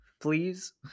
please